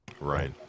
right